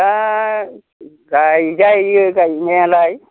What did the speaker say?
दा गायजायो गायनायालाय